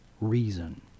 reason